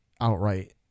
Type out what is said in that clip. outright